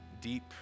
deep